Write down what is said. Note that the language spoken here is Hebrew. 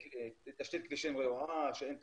תשתית כבישים רעועה, שאין תחנות.